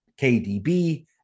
KDB